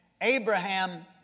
Abraham